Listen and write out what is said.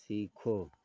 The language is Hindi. सीखो